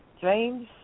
James